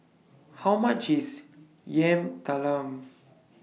How much IS Yam Talam